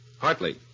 Hartley